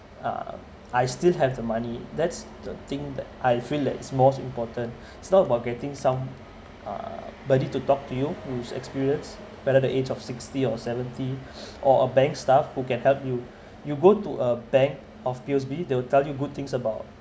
uh I still have the money that's the thing that I feel that's most important it's not about getting some uh body to talk to you who's experienced better the age of sixty or seventy or a bank staff who can help you you go to a bank of P_O_S_B they'll tell you good things about